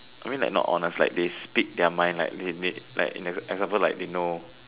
I mean like not honest like they speak their mind like they they example like they know